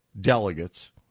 delegates